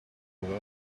over